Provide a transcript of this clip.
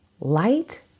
light